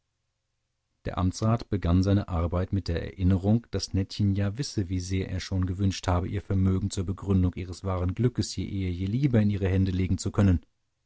der amtsrat begann seine arbeit mit der erinnerung daß nettchen ja wisse wie sehr er schon gewünscht habe ihr vermögen zur begründung ihres wahren glückes je eher je lieber in ihre hände legen zu können